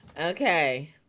Okay